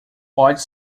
pode